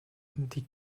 die